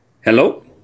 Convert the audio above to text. Hello